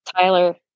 Tyler